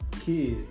kids